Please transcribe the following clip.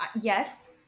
Yes